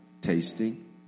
tasting